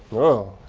oh,